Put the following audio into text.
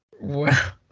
Wow